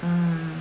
mm